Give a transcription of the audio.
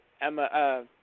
Emma